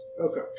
Okay